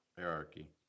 Hierarchy